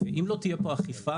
ואם לא תהיה פה אכיפה,